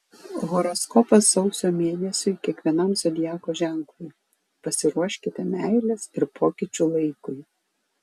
horoskopas sausio mėnesiui kiekvienam zodiako ženklui pasiruoškite meilės ir pokyčių laikui